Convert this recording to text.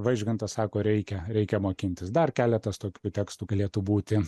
vaižgantas sako reikia reikia mokintis dar keletas tokių tekstų galėtų būti